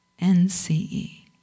N-C-E